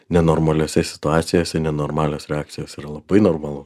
nenormaliose situacijose nenormalios reakcijos yra labai normalu